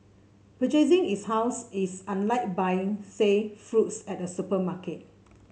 purchasing is house is unlike buying say fruits at a supermarket